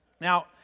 Now